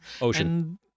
Ocean